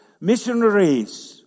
missionaries